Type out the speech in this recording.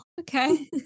okay